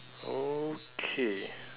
okay